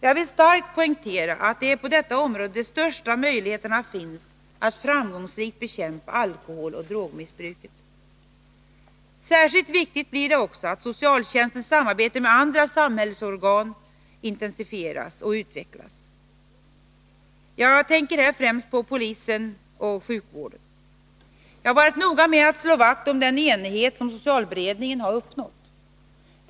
Jag vill starkt poängtera att det är på detta område de största möjligheterna finns att framgångsrikt bekämpa alkoholoch drogmissbruket. Särskilt viktigt blir också att socialtjänstens samarbete med andra samhällsorgan intensifieras och utvecklas. Jag tänker här främst på polisen och sjukvården. Jag har varit noga med att slå vakt om den enighet som socialberedningen har uppnått.